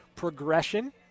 progression